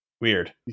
weird